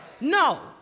No